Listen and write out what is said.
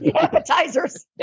Appetizers